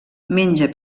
menja